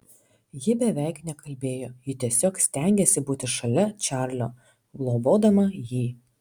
ji beveik nekalbėjo ji tiesiog stengėsi būti šalia čarlio globodama jį